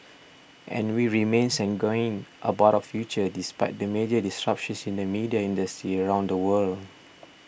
and we remain sanguine about our future despite the major disruptions in the media industry around the world